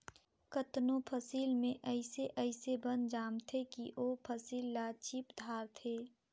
केतनो फसिल में अइसे अइसे बन जामथें कि ओ फसिल ल चीप धारथे